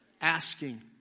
asking